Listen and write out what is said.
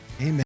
Amen